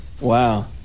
Wow